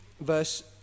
verse